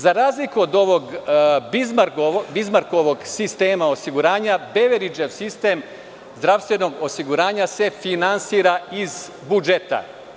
Za razliku od ovog Bizmarkovog sistema osiguranja Beveridžev sistem zdravstvenog osiguranja se finansira iz budžeta.